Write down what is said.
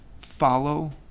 follow